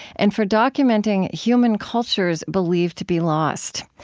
and for documenting human cultures believed to be lost.